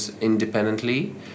independently